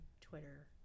Twitter